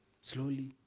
Slowly